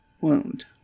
wound